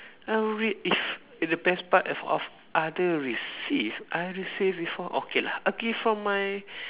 um wait if the best part of of other receive I receive before okay lah okay from my